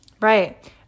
Right